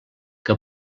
que